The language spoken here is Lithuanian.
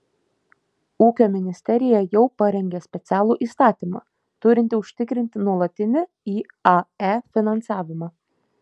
ūkio ministerija jau parengė specialų įstatymą turintį užtikrinti nuolatinį iae finansavimą